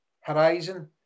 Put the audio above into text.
horizon